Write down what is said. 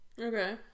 Okay